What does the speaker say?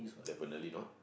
definitely not